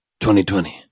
2020